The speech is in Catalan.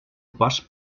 pas